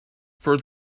for